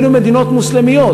אפילו מדינות מוסלמיות,